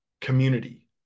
community